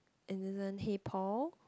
and then the hey Paul